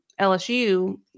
LSU